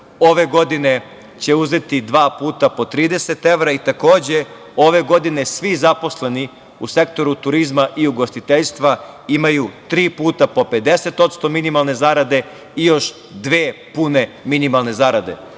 ove godine će uzeti dva puta po 30 evra i takođe ove godine svi zaposleni u sektoru turizma i ugostiteljstva imaju tri puta po 50% minimalne zarade i još dve pune minimalne zarade.